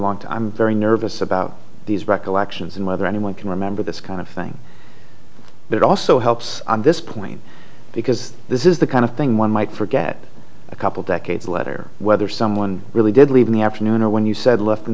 want i'm very nervous about these recollections and whether anyone can remember this kind of thing but it also helps on this point because this is the kind of thing one might forget a couple decades later whether someone really did leave in the afternoon or when you said left in